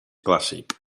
clàssic